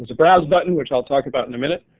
browse button which i'll talk about in a minute.